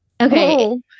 Okay